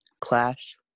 Clash